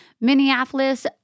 Minneapolis